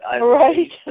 Right